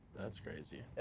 that's crazy.